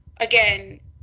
again